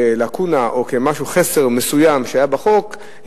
כלקונה או כחסר מסוים שהיה בחוק,